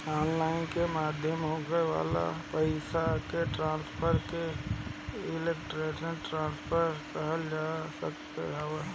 online माध्यम से होए वाला पईसा के ट्रांसफर के इलेक्ट्रोनिक ट्रांसफ़र कहल जात हवे